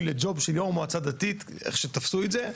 לג'וב של יו"ר מועצה דתית איך שתפסו את זה,